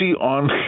on